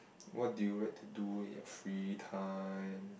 what do you like to do in your free time